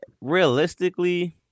realistically